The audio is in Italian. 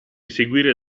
seguire